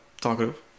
Talkative